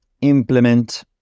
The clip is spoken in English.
implement